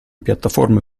piattaforme